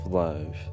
love